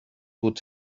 would